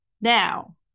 now